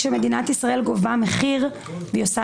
כשמדינת ישראל גובה מחיר והיא עושה